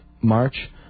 march